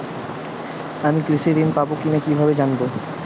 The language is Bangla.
আমি কৃষি ঋণ পাবো কি না কিভাবে জানবো?